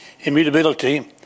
immutability